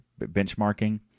benchmarking